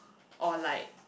or like